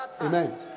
Amen